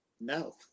no